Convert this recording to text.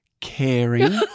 caring